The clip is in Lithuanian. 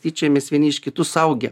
tyčiojamės vieni iš kitų suaugę